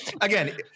again